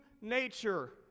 nature